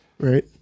right